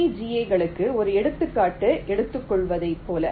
FPGA களுக்கு ஒரு எடுத்துக்காட்டு எடுத்துக்கொள்வதைப் போல